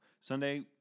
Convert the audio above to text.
Sunday